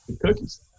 Cookies